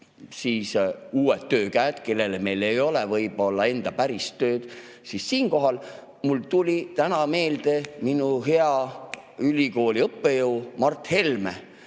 uued töökäed, kellele meil ei ole võib-olla päris tööd anda. Siinkohal tuli mul täna meelde minu hea ülikooliõppejõud Mart Helme,